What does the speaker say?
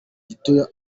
gitoya